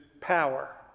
power